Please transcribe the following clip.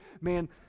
man